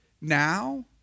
Now